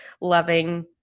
loving